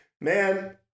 Man